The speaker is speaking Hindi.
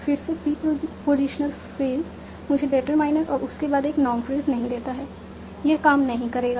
फिर से प्रीपोजीशनल फ्रेज मुझे डिटरमाइनर और उसके बाद एक नाउन फ्रेज नहीं देता है यह काम नहीं करेगा